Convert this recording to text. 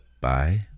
bye